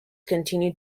continue